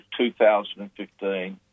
2015